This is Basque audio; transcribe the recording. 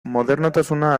modernotasuna